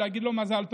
להגיד לו מזל טוב.